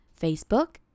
Facebook